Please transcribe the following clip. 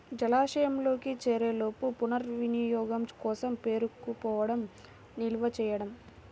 జలాశయంలోకి చేరేలోపు పునర్వినియోగం కోసం పేరుకుపోవడం నిల్వ చేయడం